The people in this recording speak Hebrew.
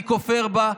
אני כופר בה.